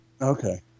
Okay